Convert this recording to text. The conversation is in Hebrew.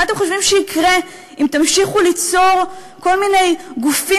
מה אתם חושבים שיקרה אם תמשיכו ליצור כל מיני גופים